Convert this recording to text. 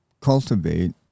cultivate